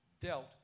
dealt